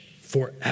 forever